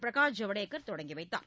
பிரகாஷ் ஜவடேகர் தொடங்கிவைத்தார்